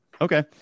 Okay